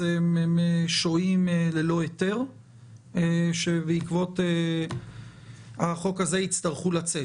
ששוהים ללא היתר ובעקבות החוק הזה יצטרכו לצאת?